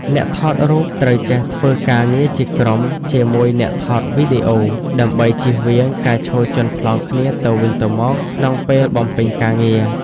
អ្នកថតរូបត្រូវចេះធ្វើការងារជាក្រុមជាមួយអ្នកថតវីដេអូ ដើម្បីចៀសវាងការឈរជាន់ប្លង់គ្នាទៅវិញទៅមកក្នុងពេលបំពេញការងារ។